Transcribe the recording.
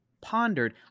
pondered